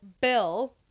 Bill